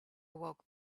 awoke